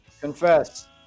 Confess